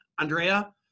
andrea